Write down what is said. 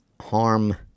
harm